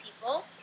people